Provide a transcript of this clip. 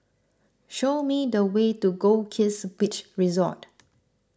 show me the way to Goldkist Beach Resort